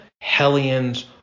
Hellions